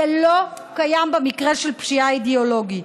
זה לא קיים במקרה של פשיעה אידיאולוגית,